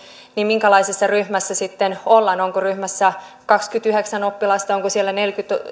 niin minkälaisessa ryhmässä sitten ollaan onko ryhmässä kaksikymmentäyhdeksän oppilasta onko siellä neljäkymmentä